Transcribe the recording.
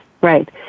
right